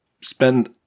spend